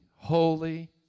Holy